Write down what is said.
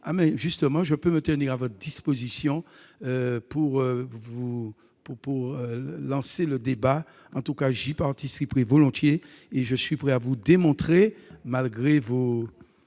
vue. Je me tiens à votre disposition pour lancer ce débat. En tout cas, j'y participerai volontiers et je suis prêt à vous démontrer, malgré le